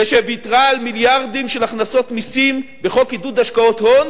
וויתרה על מיליארדים של הכנסות ממסים בחוק עידוד השקעות הון